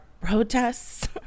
protests